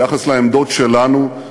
ביחס לעמדות שלנו,